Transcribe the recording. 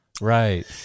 Right